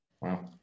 Wow